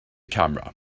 camera